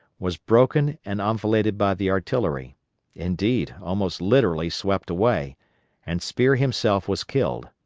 was broken and enfiladed by the artillery indeed almost literally swept away and spear himself was killed.